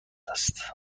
است